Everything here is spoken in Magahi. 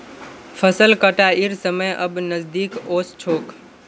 फसल कटाइर समय अब नजदीक ओस छोक